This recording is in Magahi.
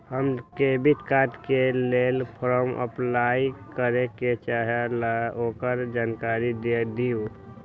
हम डेबिट कार्ड के लेल फॉर्म अपलाई करे के चाहीं ल ओकर जानकारी दीउ?